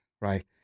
right